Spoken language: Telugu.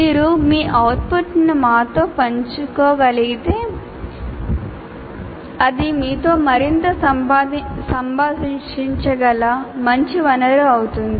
మీరు మీ అవుట్పుట్ను మాతో పంచుకోగలిగితే అది మీతో మరింత సంభాషించగల మంచి వనరు అవుతుంది